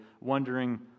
wondering